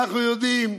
ואנחנו יודעים: